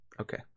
Okay